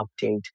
update